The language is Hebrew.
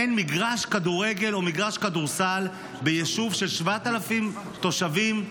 אין מגרש כדורגל או מגרש כדורסל ביישוב של 7,000 תושבים,